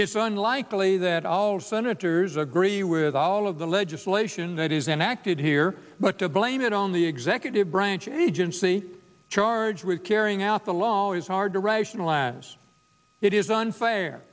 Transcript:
unlikely that all senators agree with all of the legislation that is enacted here but to blame it on the executive branch agency charged with carrying out the law is hard to rationalize it is unfair